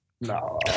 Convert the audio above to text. No